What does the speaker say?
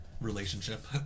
relationship